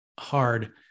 hard